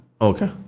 Okay